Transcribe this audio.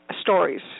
stories